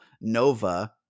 Nova